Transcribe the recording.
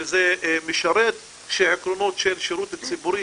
שזה משרת, שעקרונות של שירות ציבורי